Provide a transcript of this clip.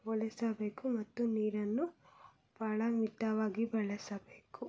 ಬಳಸಬೇಕು ಮತ್ತು ನೀರನ್ನು ಭಾಳ ಮಿತವಾಗಿ ಬಳಸಬೇಕು